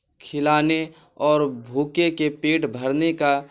کھلانے اور بھوکے کے پیٹ بھرنے کا